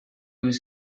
was